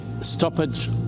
stoppage